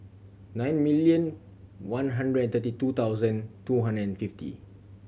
nine million one hundred and thirty two thousand two hundred and fifty